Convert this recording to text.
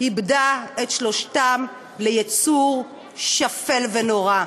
איבדה את שלושתם ליצור שפל ונורא.